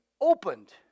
opened